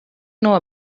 know